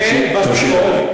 יחס אישי.